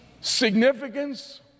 significance